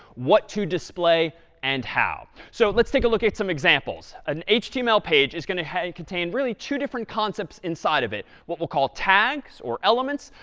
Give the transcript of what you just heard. what to display and how. so let's take a look at some examples. an html page is going to contain really two different concepts inside of it, what we'll call tags or elements,